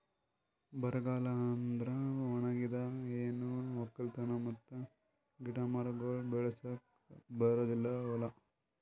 ಬರಗಾಲ ಅಂದುರ್ ಒಣಗಿದ್, ಏನು ಒಕ್ಕಲತನ ಮತ್ತ ಗಿಡ ಮರಗೊಳ್ ಬೆಳಸುಕ್ ಬರಲಾರ್ದು ಹೂಲಾ